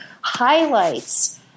highlights